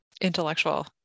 intellectual